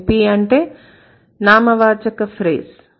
NP అంటే నామవాచక phrase